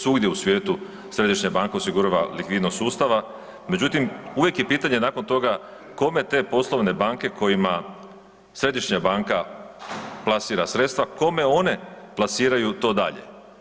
Svugdje u svijetu središnja banka osigurava likvidnost sustava, međutim uvijek je pitanje nakon toga kome te poslovne banke kojima središnja banka plasira sredstva kome one plasiraju to dalje?